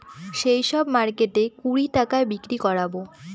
সেই সব মার্কেটে কুড়ি টাকায় বিক্রি করাবো